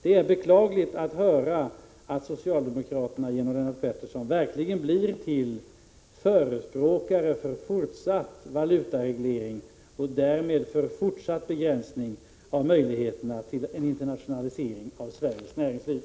Det är beklagligt att höra att socialdemokraterna genom Lennart Pettersson verkligen blir till förespråkare för fortsatt valutareglering och därmed för fortsatt begränsning av möjligheterna till en internationalisering av Sveriges näringsliv.